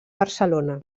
barcelona